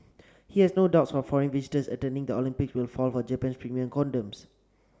he has no doubts that foreign visitors attending the Olympics will fall for Japan's premium condoms